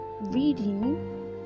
reading